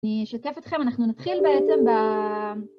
אני אשתף אתכם, אנחנו נתחיל בעצם ב...